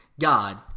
God